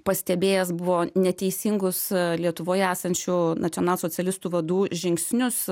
pastebėjęs buvo neteisingus lietuvoje esančių nacionalsocialistų vadų žingsnius